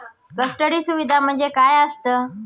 Custody सुविधा म्हणजे काय असतं?